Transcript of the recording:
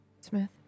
Smith